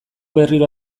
berriro